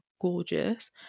gorgeous